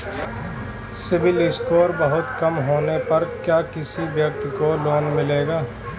CIBIL score बहुत कम होने पर क्या किसी व्यक्ति को लोंन मिलेगा?